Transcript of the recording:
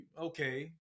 okay